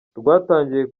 rwatangiye